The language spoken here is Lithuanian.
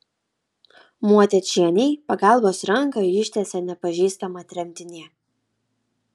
motiečienei pagalbos ranką ištiesė nepažįstama tremtinė